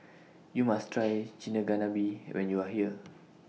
YOU must Try Chigenabe when YOU Are here